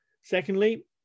Secondly